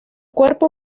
cuerpo